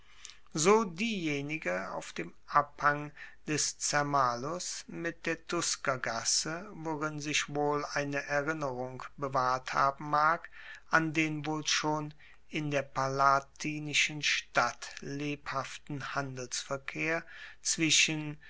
so diejenige auf dem abhang des cermalus mit der tuskergasse worin sich wohl eine erinnerung bewahrt haben mag an den wohl schon in der palatinischen stadt lebhaften handelsverkehr zwischen